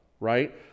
right